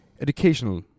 educational